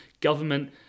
government